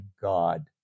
God